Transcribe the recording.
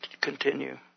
continue